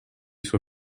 sua